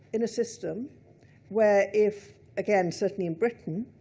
in a system where, if, again, certainly in britain,